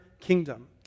kingdom